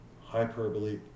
Hyperbole